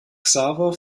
xaver